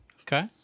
Okay